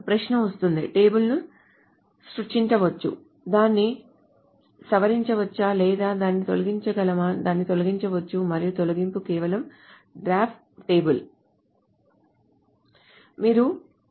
ప్రశ్న వస్తుంది టేబుల్ను సృష్టించవచ్చు దాన్ని సవరించవచ్చా లేదా దానిని తొలగించగలమా దాన్ని తొలగించవచ్చు మరియు తొలగింపు కేవలం డ్రాప్ టేబుల్